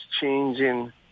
changing